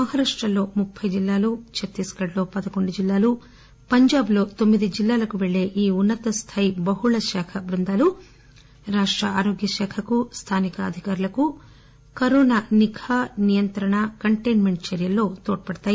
మహారాష్టలో ముప్పి జిల్లాలు ఛత్తీస్ గఢ్ లో పదకొండు జిల్లాలు పంజాబ్లో తొమ్మిది జిల్లాలకు పెల్లే ఈ ఉన్నతస్థాయి బహుళ శాఖ బృందాలు రాష్ట ఆరోగ్య శాఖకు స్థానిక అధికారులకు కరోనా నిఘా నియంత్రణ కంటెన్మెంట్ చర్యల్లో తోడ్పడతాయి